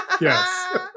Yes